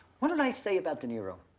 what did i say about de niro?